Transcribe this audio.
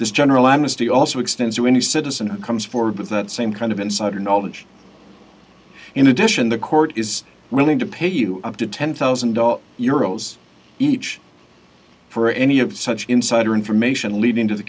this general amnesty also extends to any citizen who comes forward with that same kind of insider knowledge in addition the court is willing to pay you up to ten thousand euros each for any of such insider information leading to the